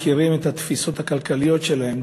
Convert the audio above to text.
מכירים את התפיסות הכלכליות שלהם,